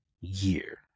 year